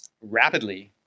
rapidly